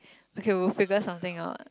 okay we'll figure something out